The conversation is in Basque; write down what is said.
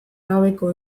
gabeko